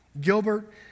Gilbert